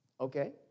okay